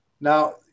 Now